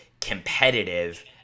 competitive